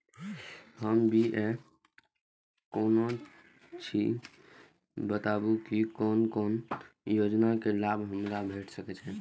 हम बी.ए केनै छी बताबु की कोन कोन योजना के लाभ हमरा भेट सकै ये?